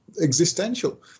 Existential